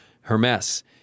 Hermes